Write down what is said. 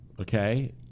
okay